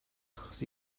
achos